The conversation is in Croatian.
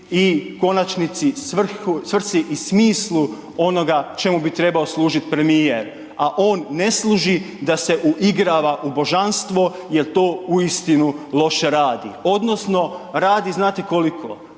i konačnici svrsi i smislu onoga čemu bi trebao služiti premijer. A on ne služi da se uigrava u božanstvo jel to uistinu loše radi odnosno radi znate koliko?